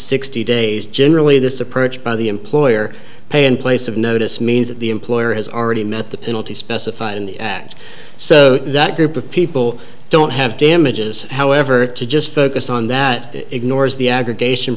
sixty days generally this approach by the employer pay in place of notice means that the employer has already met the penalty specified in the act so that group of people don't have damages however to just focus on that ignores the aggregation